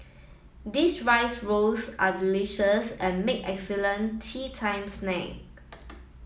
these rice rolls are delicious and make excellent teatime snack